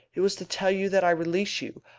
it was to tell you that i released you.